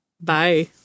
Bye